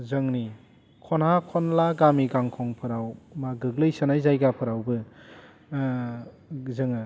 जोंनि खना खनला गामि गांखंफोराव मा गोग्लैसोनाय जायगाफ्रावबो जोङो